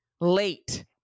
late